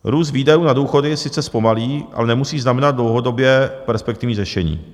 Růst výdajů na důchody je sice zpomalí, ale nemusí znamenat dlouhodobě perspektivní řešení.